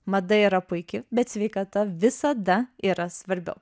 mada yra puiki bet sveikata visada yra svarbiau